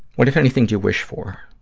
what, if anything, do you wish for?